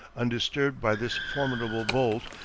undisturbed by this formidable bolt,